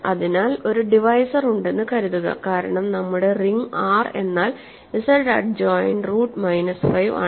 അതിനാൽ ഒരു ഡിവൈസർ ഉണ്ടെന്ന് കരുതുക കാരണം നമ്മുടെ റിംഗ് R എന്നാൽ Z അഡ്ജോയിന്റ് റൂട്ട് മൈനസ് 5 ആണ്